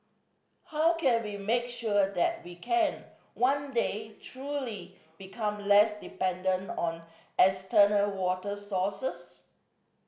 how can we make sure that we can one day truly become less dependent on external water sources